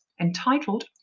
entitled